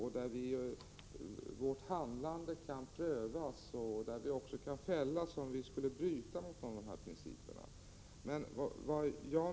Härigenom kan vårt handlande prövas, och vi kan också fällas om vi skulle bryta mot konventionernas principer.